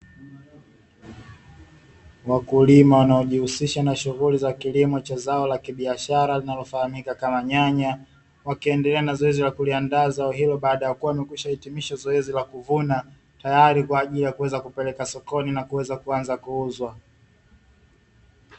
Wakulima wanaojihusisha na kilimo cha zao la kibiashara linalofahamika kama nyanya, wakiendelea na zoezi ka kuliandaa zao hilo baada ya kuwa wamekwisha timiza zoezi la kuvuna, tayari kwa ajili ya kuweza kupeleka sokoni na kuweza kuanza kuuzwa.